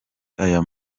aya